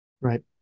right